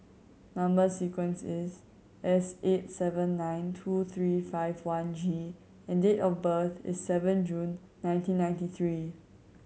number sequence is S eight seven nine two three five one G and date of birth is seven June nineteen ninety three